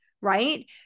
right